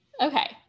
Okay